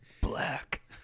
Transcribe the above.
black